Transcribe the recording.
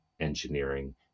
engineering